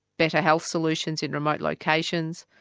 better health solutions in remote locations,